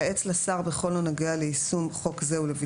תפקידי המועצה הציבורית 4. תפקידי המועצה הציבורית,